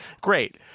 great